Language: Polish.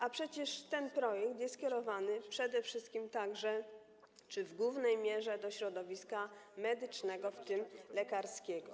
A przecież ten projekt jest skierowany przede wszystkim także czy w głównej mierze do środowiska medycznego, w tym lekarskiego.